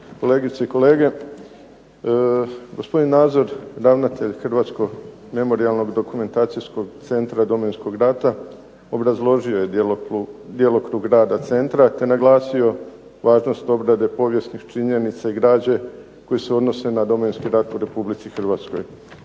kolegice i kolege. Gospodin Nazor ravnatelj Hrvatskog memorijalno-dokumentacijskog centra Domovinskog rata obrazložio je djelokrug rada centra te naglasio važnost tog glede povijesnih činjenica i građe koje se odnose na Domovinski rat u Republici Hrvatskoj.